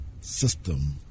system